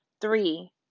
Three